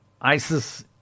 ISIS